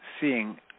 seeing